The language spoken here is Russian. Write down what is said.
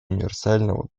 универсального